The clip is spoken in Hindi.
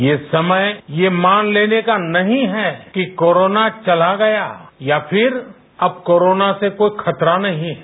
यह समय यह मान लेने का नहीं है कि कोरोना चला गया या फिर अब कोरोना से कोई खतरा नहीं है